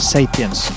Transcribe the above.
Sapiens